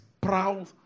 proud